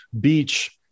Beach